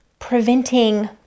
preventing